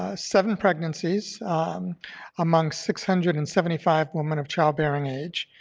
ah seven pregnancies among six hundred and seventy five women of childbearing age.